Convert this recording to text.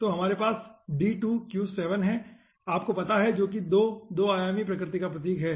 तो हमारे पास D2Q7 है आपको पता है जो कि 2 2 आयामी प्रकृति का प्रतीक है